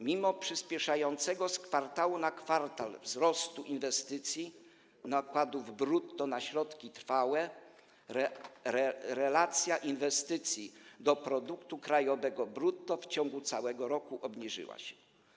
Mimo przyspieszającego z kwartału na kwartał wzrostu inwestycji, nakładów brutto na środki trwałe, relacja inwestycji do produktu krajowego brutto w ciągu całego roku obniżyła się.